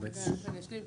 אני רק אשלים,